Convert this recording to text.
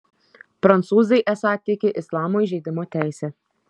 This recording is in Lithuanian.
prancūzai esą tiki islamo įžeidimo teise